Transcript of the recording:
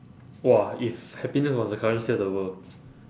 !wah! if happiness was the currency of the world